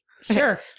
Sure